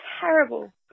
terrible